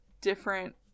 different